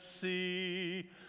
see